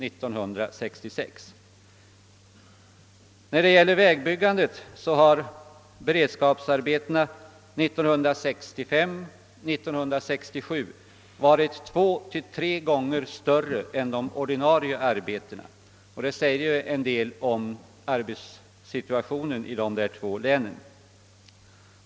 I fråga om vägbyggandet har beredskapsarbetena 1965—1967 varit två till tre gånger större än de ordinarie arbetena. Det säger ju en del om arbetssituationen i dessa två län.